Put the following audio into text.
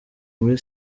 muri